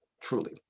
truly